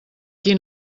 qui